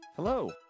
Hello